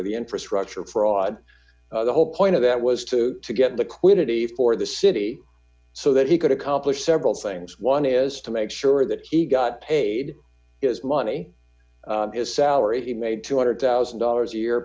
or the infrastructure of fraud the whole point of that was to to get the quiddity for the city so that he could accomplish several things one is to make sure that he got paid his money his salary he made two hundred thousand dollars a year